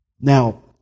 Now